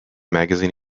magazine